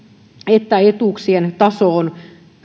että etuuksien tasoon